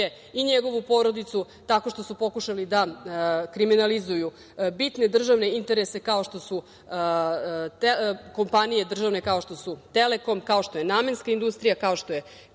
i njegovu porodicu tako što su pokušali da kriminalizuju bitne državne interese, kao što su državne kompanije kao što su „Telekom“, kao što je „Namenska industrija“, kao što je